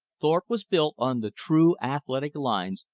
thorpe was built on the true athletic lines,